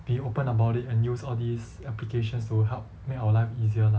be open about it and use all these applications to help make our life easier lah